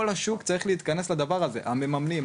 השוק צריך להיכנס לתוך הדבר הזה המממנים,